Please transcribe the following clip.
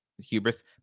hubris